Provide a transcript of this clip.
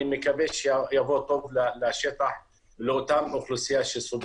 אני מקווה שיבוא סוף לשטח ולאותה אוכלוסייה שסובלת.